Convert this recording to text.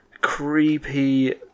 creepy